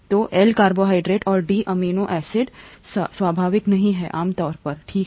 तो L carbohydrate और D amino acid स्वाभाविक नहीं हैं आमतौर पर ठीक है